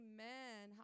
Amen